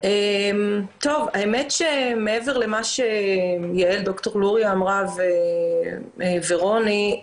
האמת שמעבר למה שד"ר לוריא אמרה ורוני,